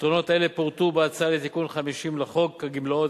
יתרונות אלה פורטו בהצעה לתיקון 50 לחוק הגמלאות